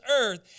earth